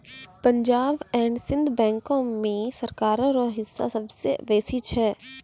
Punjab and Sind bank मे सरकारो रो हिस्सा सबसे बेसी छै